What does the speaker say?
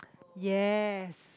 yes